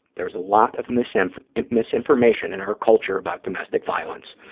there is a lot of misinformation misinformation in our culture about domestic violence,